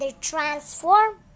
transform